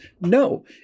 No